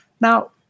Now